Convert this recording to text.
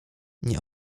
nie